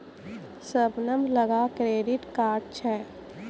शबनम लगां credit card छै